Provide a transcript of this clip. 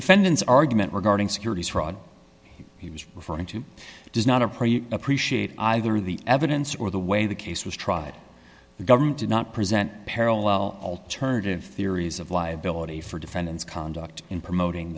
defendant's argument regarding securities fraud he was referring to does not appear you appreciate either the evidence or the way the case was tried the government did not present a parallel alternative theories of liability for defendants conduct in promoting